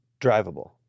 drivable